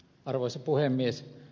arvoisa puhemies